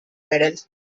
medals